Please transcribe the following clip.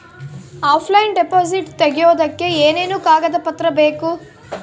Offline deposit ತೆಗಿಯೋದಕ್ಕೆ ಏನೇನು ಕಾಗದ ಪತ್ರ ಬೇಕು?